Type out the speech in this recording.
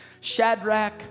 Shadrach